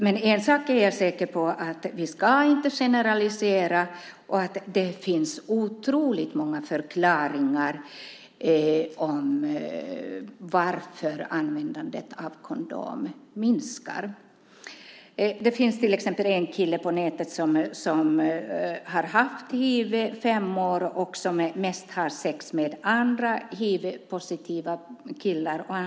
Men en sak är jag säker på, och det är att vi inte ska generalisera och att det finns otroligt många förklaringar till att användandet av kondom minskar. Det finns till exempel en kille på nätet som har haft hiv i fem år och som mest har sex med andra hivpositiva killar.